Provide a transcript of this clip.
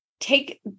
take